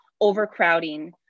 overcrowding